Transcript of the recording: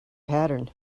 pattern